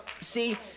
See